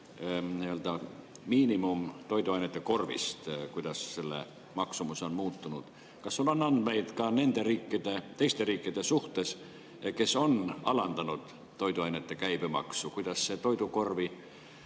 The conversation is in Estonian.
miinimumtoidukorvist, kuidas selle maksumus on muutunud. Kas sul on andmeid ka nende riikide kohta, kes on alandanud toiduainete käibemaksu? Kuidas on toidukorvi